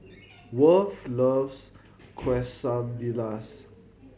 Worth loves Quesadillas